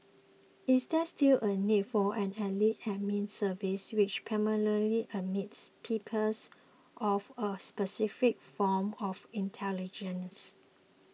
is there still a need for an elite Admin Service which primarily admits peoples of a specific form of intelligence